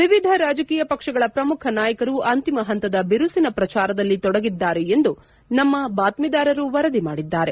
ವಿವಿಧ ರಾಜಕೀಯ ಪಕ್ಷಗಳ ಪ್ರಮುಖ ನಾಯಕರು ಅಂತಿಮ ಪಂತದ ಬಿರುಸಿನ ಪ್ರಚಾರದಲ್ಲಿ ತೊಡಗಿದ್ದಾರೆ ಎಂದು ನಮ್ನ ಬಾತ್ತೀದಾರರು ವರದಿ ಮಾಡಿದ್ಲಾರೆ